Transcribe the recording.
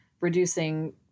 reducing